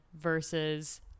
versus